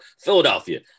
philadelphia